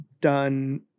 done